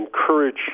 encourage